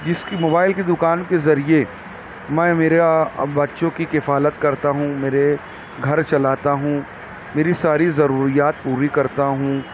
جس کی موبائل کی دوکان کے ذریعے میں میرے بچوں کی کفالت کرتا ہوں میرے گھر چلاتا ہوں میری ساری ضروریات پوری کرتا ہوں